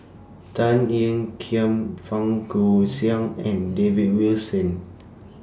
Tan Ean Kiam Fang Goxiang and David Wilson